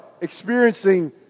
experiencing